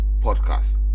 podcast